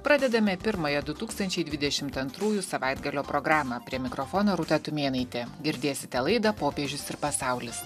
pradedame pirmąją du tūkstančiai dvidešimt antrųjų savaitgalio programą prie mikrofono rūta tumėnaitė girdėsite laidą popiežius ir pasaulis